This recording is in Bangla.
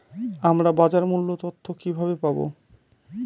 আমরা বাজার মূল্য তথ্য কিবাবে পাবো?